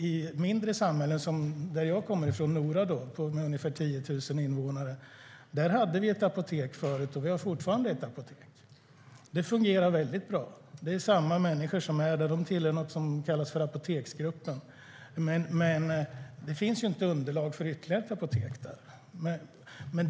I mindre samhällen, exempelvis Nora som jag kommer ifrån och som har ungefär 10 000 invånare, hade vi ett apotek förut. Det har vi fortfarande, och det fungerar väldigt bra. Det är samma människor som är där - de tillhör något som kallas för Apoteksgruppen. Men där finns inte underlag för ytterligare ett apotek.